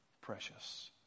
precious